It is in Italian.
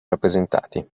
rappresentati